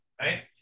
right